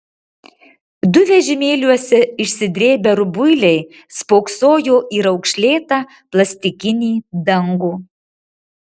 du vežimėliuose išsidrėbę rubuiliai spoksojo į raukšlėtą plastikinį dangų